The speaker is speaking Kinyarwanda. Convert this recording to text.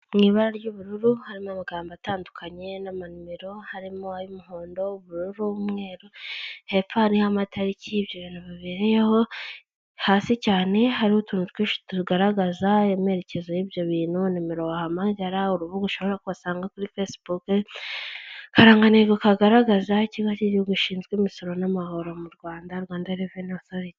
Mwibara ry'ubururu harimo amagambo atandukanye n'amanimero harimo ay'umuhondo, ubururu, umweru hepfo hariho'amatariki ibyo bintu bibereyeho hasi cyane hari utuntu twinshi tugaragaza imperekeza y'ibyo bintu nimero wahamagara urubuga ushoborakubasangaho kuri facebook karanganego kagaragaza ikigo cy'igihugu gishinzwe imisoro n'amahoro mu rwanda rwanda revenue outhorit.